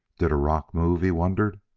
did a rock move? he wondered.